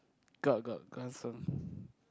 got got cousin